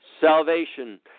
salvation